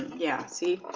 yeah, see